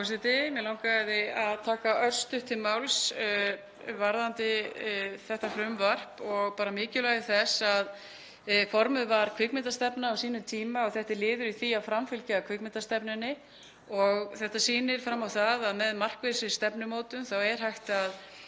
Mig langaði að taka örstutt til máls varðandi þetta frumvarp og mikilvægi þess að formuð var kvikmyndastefna á sínum tíma. Þetta er liður í því að framfylgja kvikmyndastefnunni og þetta sýnir fram á að með markvissri stefnumótun er hægt að